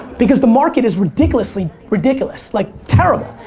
because the market is ridiculously ridiculous, like terrible.